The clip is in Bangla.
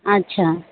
আচ্ছা